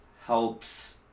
helps